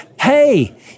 Hey